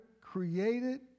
created